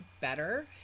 better